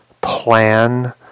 plan